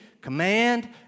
command